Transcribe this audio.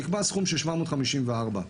נקבע סכום של 754 שקלים.